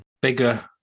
Bigger